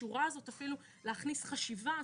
אפילו לא להכניס חשיבה,